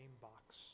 box